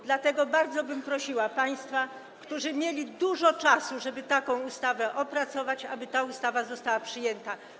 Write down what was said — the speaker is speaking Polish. Dlatego bardzo bym prosiła państwa, którzy mieli dużo czasu, żeby taką ustawę opracować, aby ta ustawa została przyjęta.